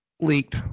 leaked